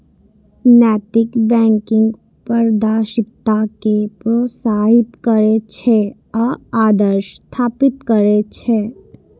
नैतिक बैंकिंग पारदर्शिता कें प्रोत्साहित करै छै आ आदर्श स्थापित करै छै